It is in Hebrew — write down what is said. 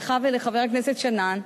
לך ולחבר הכנסת שנאן.